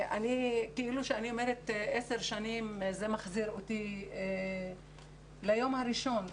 כשאני אומרת עשר שנים זה מחזיר אותי ליום הראשון,